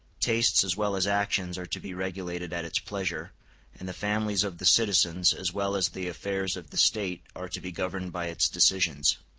tastes as well as actions are to be regulated at its pleasure and the families of the citizens as well as the affairs of the state are to be governed by its decisions.